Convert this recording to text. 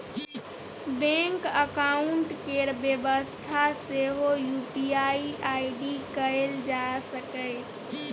bank account केर बेबस्था सेहो यु.पी.आइ आइ.डी कएल जा सकैए